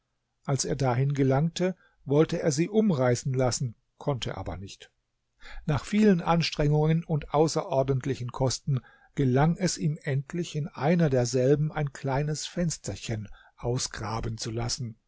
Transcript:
als er dahin gelangte wollte er sie umreißen lassen konnte aber nicht nach vielen anstrengungen und außerordentlichen kosten gelang es ihm endlich in einer derselben ein kleines fensterchen ausgraben zu lassen